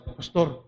pastor